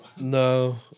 No